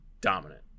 dominant